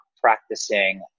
practicing